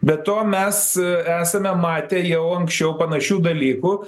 be to mes esame matę jau anksčiau panašių dalykų